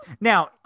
Now